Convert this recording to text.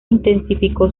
intensificó